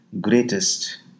greatest